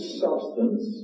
substance